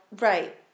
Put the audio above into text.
right